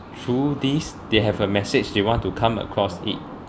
through these they have a message they want to come across it